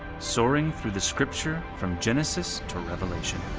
soaring through the scripture from genesis to revelation.